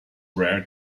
rare